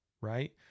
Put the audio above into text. Right